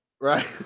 Right